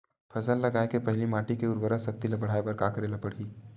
फसल लगाय के पहिली माटी के उरवरा शक्ति ल बढ़ाय बर का करेला पढ़ही?